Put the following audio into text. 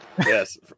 Yes